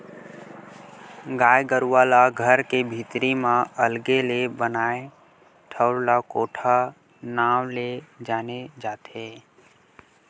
गाय गरुवा ला घर के भीतरी म अलगे ले बनाए ठउर ला कोठा नांव ले जाने जाथे